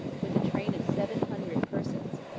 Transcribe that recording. with a train of seven hundred persons,